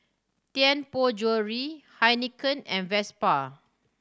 Tianpo Jewellery Heinekein and Vespa